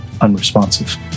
unresponsive